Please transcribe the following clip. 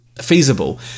feasible